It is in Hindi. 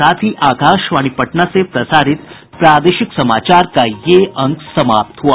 इसके साथ ही आकाशवाणी पटना से प्रसारित प्रादेशिक समाचार का ये अंक समाप्त हुआ